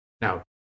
Now